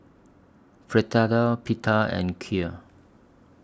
Fritada Pita and Kheer